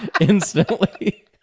instantly